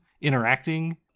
interacting